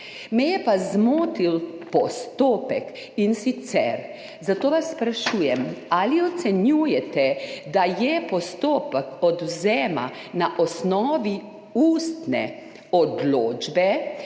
me je pa zmotil postopek. Zato vas sprašujem: Ali ocenjujete, da je postopek odvzema na osnovi ustne odločbe